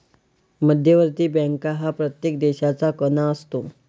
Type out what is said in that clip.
मध्यवर्ती बँक हा प्रत्येक देशाचा कणा असतो